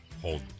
hold